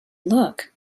look